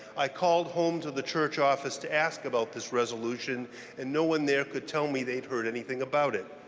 i called home to the church office to ask about this resolution and no one there could tell me they've heard anything about it.